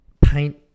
paint